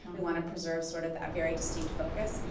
we want to preserve sort of that very distinct focus.